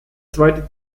zweite